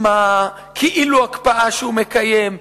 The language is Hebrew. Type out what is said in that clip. עם הכאילו-הקפאה שהוא מקיים.